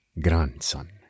grandson